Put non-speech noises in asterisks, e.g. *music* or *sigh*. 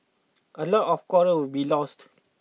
*noise* a lot of coral will be lost